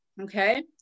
okay